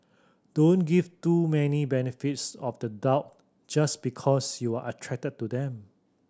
don't give too many benefits of the doubt just because you're attracted to them